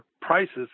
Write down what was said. prices